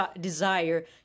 desire